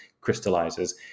crystallizes